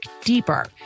deeper